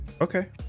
okay